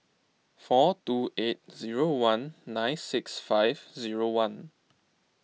four two eight zero one nine six five zero one